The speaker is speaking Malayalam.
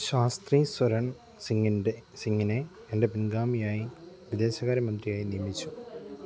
ശാസ്ത്രി സ്വരൺ സിംഗിൻ്റെ സിംഗിനെ എന്റെ പിൻഗാമിയായി വിദേശകാര്യ മന്ത്രിയായി നിയമിച്ചു